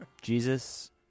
Jesus